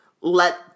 let